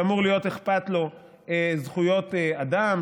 שאמור להיות אכפת לו מזכויות אדם,